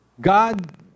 God